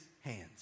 hands